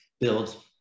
build